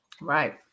right